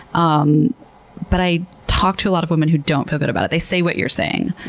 um but i talk to a lot of women who don't feel good about it. they say what you're saying.